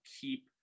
keep